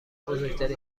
بزرگترین